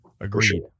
Agreed